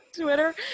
Twitter